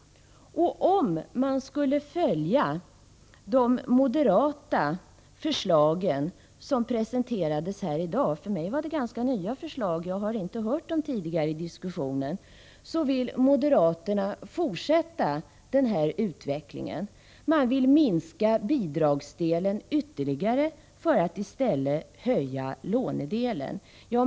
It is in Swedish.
Enligt de moderata förslag som presenterats här i dag — för mig var det ganska nya förslag som jag inte hört talas om tidigare i diskussionen — vill moderaterna fortsätta med denna utveckling. Man vill minska bidragsdelen ytterligare och i stället höja lånedelen.